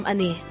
Ani